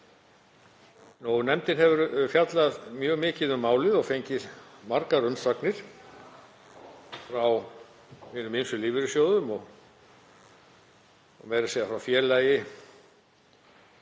Nefndin hefur fjallað mjög mikið um málið og fengið margar umsagnir frá hinum ýmsu lífeyrissjóðum og meira að segja frá félaginu